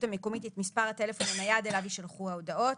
המקומית את מספר הטלפון הנייד אליו יישלחו ההודעות.